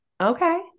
Okay